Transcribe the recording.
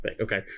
Okay